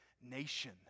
nation